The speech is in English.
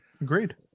agreed